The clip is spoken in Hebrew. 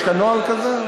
יש כאן נוהל כזה?